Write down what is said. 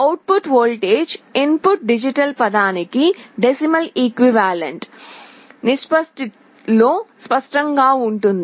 out foot voltage input digital పదానికి decimal equivalent అనగా దశాంశ సమానమైన నిష్పత్తిలో స్పష్టంగా ఉంటుంది